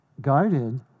guided